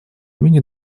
имени